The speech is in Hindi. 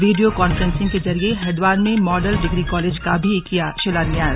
वीडियो कॉन्फ्रेंसिंग के जरिए हरिद्वार में मॉडल डिग्री कॉलेज का भी किया शिलान्यास